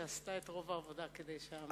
שעשתה את רוב העבודה כדי שהמהלך הזה יעבור.